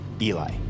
Eli